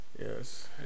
Yes